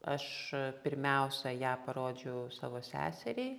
aš pirmiausia ją parodžiau savo seseriai